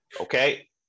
Okay